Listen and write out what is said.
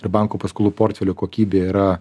ir banko paskolų portfelio kokybė yra